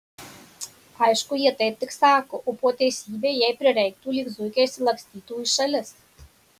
aišku jie taip tik sako o po teisybei jei prireiktų lyg zuikiai išsilakstytų į šalis